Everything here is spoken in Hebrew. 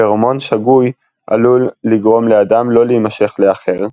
פרומון "שגוי" עלול לגרום לאדם לא להמשך לאחר,